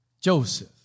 Joseph